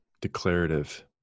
declarative